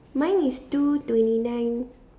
mine is two twenty nine